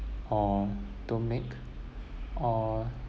or don't make or